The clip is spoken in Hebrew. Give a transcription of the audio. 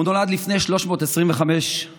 הוא נולד לפני 325 שנה